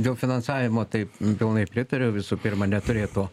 dėl finansavimo taip pilnai pritariu visų pirma neturėtų